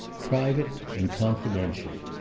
private and confidential.